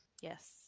Yes